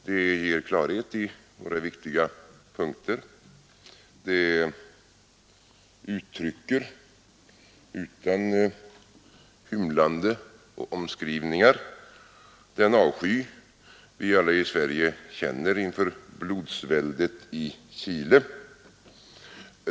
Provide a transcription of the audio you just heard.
Det ger klarhet i några viktiga punkter, det uttrycker utan hymlande och omskrivningar den avsky vi alla i Sverige känner inför blodsväldet i Chile.